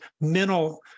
mental